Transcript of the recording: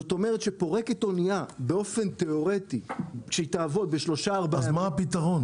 זאת אומרת שאנייה שפורקת היא תעבוד -- אז מה הפתרון?